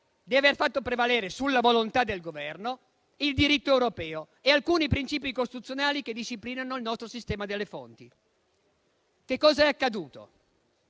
di aver fatto prevalere sulla volontà del Governo il diritto europeo e alcuni princìpi costituzionali che disciplinano il nostro sistema delle fonti. Che cosa è accaduto?